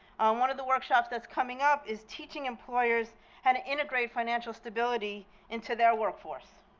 one of the workshops that's coming up is teaching employers how to integrate financial stability into their workforce.